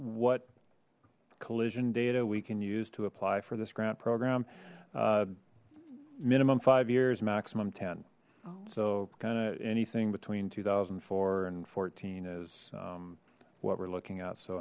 what collision data we can use to apply for this grant program minimum five years maximum ten so kind of anything between two thousand and four and fourteen is what we're looking at so